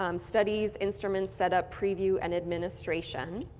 um studies, instruments setup preview and administration.